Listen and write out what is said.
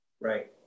Right